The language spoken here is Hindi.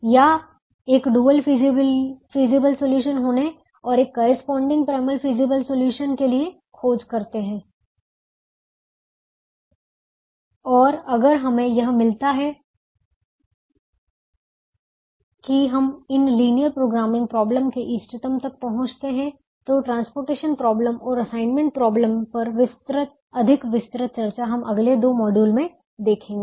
या एक डुअल फीजिबल सॉल्यूशन होने और एक करेस्पॉन्डिंग प्राइमल फीजिबल सॉल्यूशन के लिए खोज करते हैं और अगर हमें यह मिलता है कि हम इन लीनियर प्रोग्रामिंग प्रॉब्लम के इष्टतम तक पहुंचते हैं तो ट्रांसपोर्टेशन प्रॉब्लम और असाइनमेंट प्रॉब्लम पर अधिक विस्तृत चर्चा हम अगले दो मॉड्यूल में देखेंगे